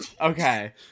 Okay